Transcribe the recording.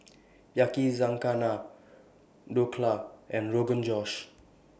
Yakizakana Dhokla and Rogan Josh